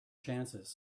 chances